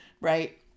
Right